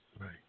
Right